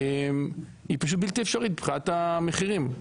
היא פשוט בלתי אפשרית מבחינת המחירים,